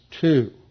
two